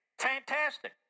Fantastic